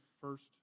first